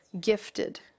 gifted